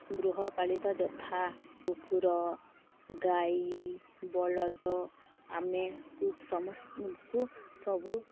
ଗୃହପାଳିତ ଯଥା କୁକୁର ଗାଈ ବଳଦ ଆମେ କୁ ସମସ୍ତଙ୍କୁ ସବୁ